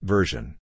Version